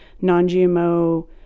non-GMO